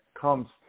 comes